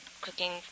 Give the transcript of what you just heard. cooking